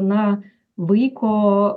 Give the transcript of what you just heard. na vaiko